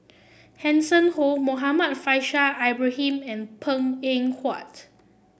Hanson Ho Muhammad Faishal Ibrahim and Png Eng Huat